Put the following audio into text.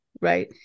right